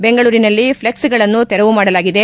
ಬೆಂಗಳೂರಿನಲ್ಲಿ ಫ್ಲೆಕ್ಸ್ಗಳನ್ನು ತೆರವು ಮಾಡಲಾಗಿದೆ